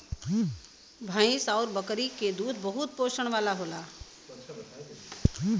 भैंस आउर बकरी के दूध बहुते पोषण वाला होला